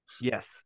yes